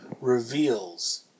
reveals